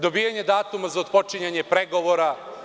Dobijanje datuma za otpočinjanje pregovora.